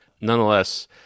Nonetheless